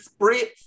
spritz